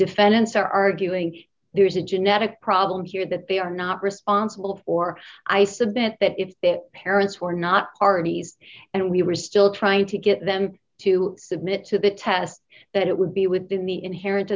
defendants are arguing there is a genetic problem here that they are not responsible or i submit that if their parents were not parties and we were still trying to get them to submit to the test that it would be within the inherent